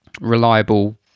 reliable